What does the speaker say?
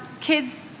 kids